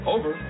Over